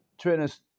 trainers